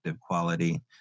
quality